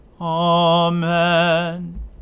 Amen